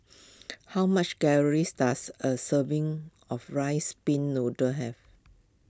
how much calories does a serving of Rice Pin Noodles have